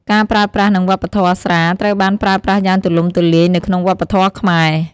ការប្រើប្រាស់ និងវប្បធម៌ ស្រាត្រូវបានប្រើប្រាស់យ៉ាងទូលំទូលាយនៅក្នុងវប្បធម៌ខ្មែរ។